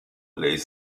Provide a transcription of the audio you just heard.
les